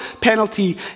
penalty